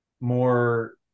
more